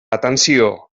atenció